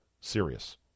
serious